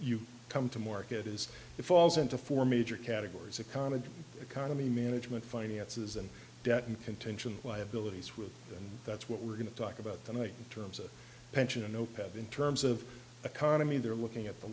you come to market is it falls into four major categories economy economy management finances and debt and contention liabilities with and that's what we're going to talk about tonight in terms of pension opeth in terms of economy they're looking at the